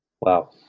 Wow